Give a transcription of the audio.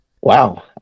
wow